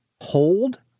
hold